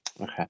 Okay